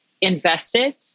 invested